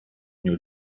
new